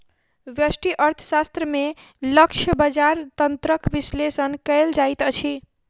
व्यष्टि अर्थशास्त्र में लक्ष्य बजार तंत्रक विश्लेषण कयल जाइत अछि